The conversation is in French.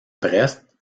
brest